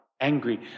angry